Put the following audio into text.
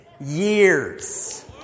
years